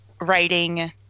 writing